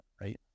right